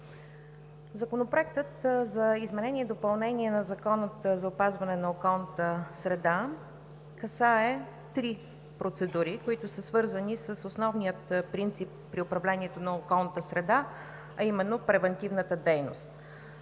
Законопроектът за изменение и допълнение на Закона за опазване на околната среда касае три процедури, които са свързани с основния принцип при управлението на околната среда, а именно превантивната дейност.